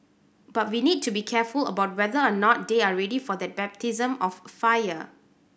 but we need to be careful about whether or not they are ready for that baptism of fire